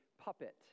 puppet